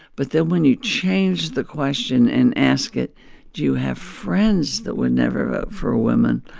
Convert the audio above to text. but then when you changed the question and ask it do you have friends that would never vote for a woman?